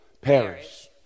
perish